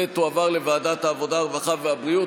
ותועבר לוועדת העבודה, הרווחה והבריאות.